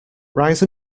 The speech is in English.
rise